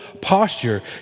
posture